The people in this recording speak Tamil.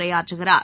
உரையாற்றுகிறார்